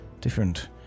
different